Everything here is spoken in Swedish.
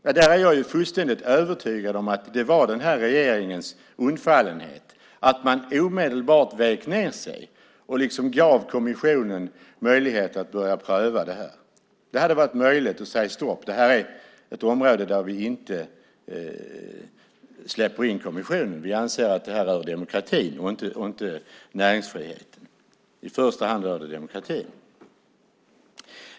Jag är fullständigt övertygad om att det var den här regeringens undfallenhet, att man omedelbart vek ned sig och gav kommissionen möjlighet att pröva det här. Det hade varit möjligt att säga stopp, att det här är ett område där vi inte släpper in kommissionen och att vi anser att det här rör demokratin och inte näringsfriheten. I första hand rör det demokratin.